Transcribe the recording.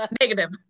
Negative